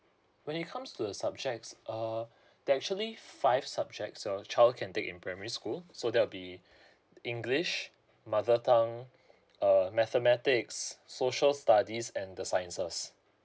when it comes to the subjects uh there're actually five subjects your child can take in primary school so that'll be english mother tongue uh mathematics social studies and the sciences